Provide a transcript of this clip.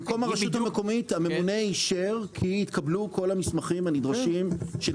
במקום הרשות המקומית - הממונה אישר כי התקבלו כל המסמכים הנדרשים.